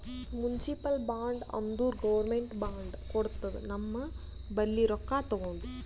municipal bond ಅಂದುರ್ government bond ಕೊಡ್ತುದ ನಮ್ ಬಲ್ಲಿ ರೊಕ್ಕಾ ತಗೊಂಡು